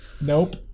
Nope